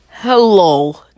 Hello